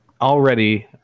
Already